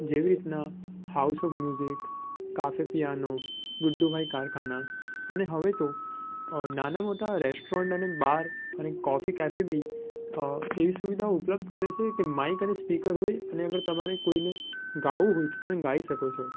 જેવી રીતના house of music cafe piano ગુડ્ડુભાઈ કારખાના અને હવે તો નાનાં મોટાં રેસ્ટોરન્ટ અને બાર અને કોફી કૅફે બી એવી સુવિધાઓ ઉપલબ્ધ કરે છે કે માઈક અને સ્પીકર હોય અને એમાં તમારે કોઈને ગાવું હોય તમે ગાઈ શકો છો